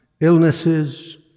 illnesses